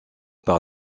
par